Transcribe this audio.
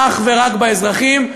אך ורק באזרחים,